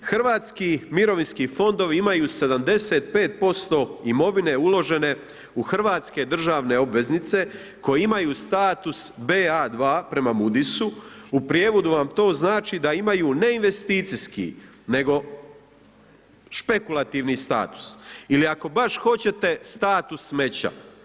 Hrvatski mirovinski fondovi imaju 75% imovine uložene u hrvatske državne obveznice koje imaju status BA2 prema Mudis-u, u prijevodu vam to znači da imaju ne investicijski nego špekulativni status ili ako baš hoćete status smeća.